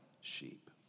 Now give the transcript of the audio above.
sheep